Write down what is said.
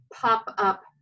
pop-up